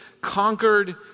conquered